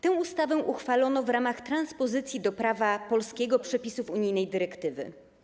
Tę ustawę uchwalono w ramach transpozycji do prawa polskiego przepisów unijnej dyrektywy.